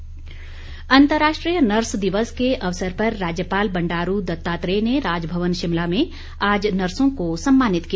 nurse दिवस अंतर्राष्ट्रीय nurse दिवस के अवसर पर राज्यपाल बंडारू दत्तात्रेय ने राजभवन शिमला में आज नर्सों को सम्मानित किया